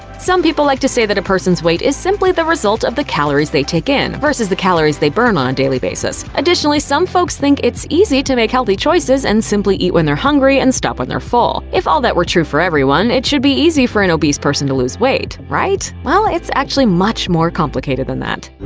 some people like to say that a person's weight is simply the result of the calories they take in, versus the calories they burn on a daily basis. additionally, some folks think it's easy to make healthy choices, and simply eat when they're hungry and stop when they're full. if all that were true for everyone, it should be easy for an obese person to lose weight. right? well, it's actually much more complicated than that.